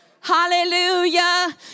hallelujah